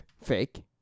Fake